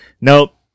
Nope